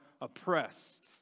oppressed